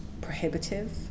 prohibitive